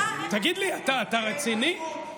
תגיד לי, אתה רציני?